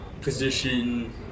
position